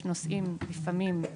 יש נושאים לפעמים,